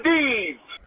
deeds